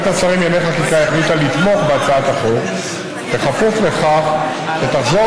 ועדת השרים לענייני חקיקה החליטה לתמוך בהצעת החוק בכפוף לכך שתחזור